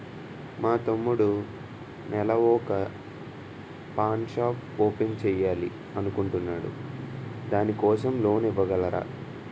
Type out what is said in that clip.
మా తమ్ముడు నెల వొక పాన్ షాప్ ఓపెన్ చేయాలి అనుకుంటునాడు దాని కోసం లోన్ ఇవగలరా?